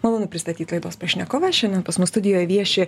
malonu pristatyt laidos pašnekovą šiandien pas mus studijoje vieši